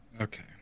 Okay